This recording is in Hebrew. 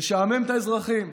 תשעמם את האזרחים,